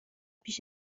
پیش